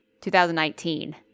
2019